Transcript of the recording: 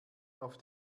auf